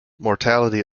mortality